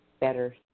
better